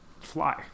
fly